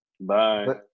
Bye